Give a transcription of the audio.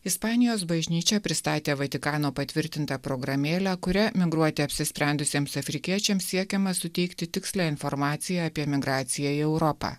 ispanijos bažnyčia pristatė vatikano patvirtintą programėlę kuria migruoti apsisprendusiems afrikiečiams siekiama suteikti tikslią informaciją apie migraciją į europą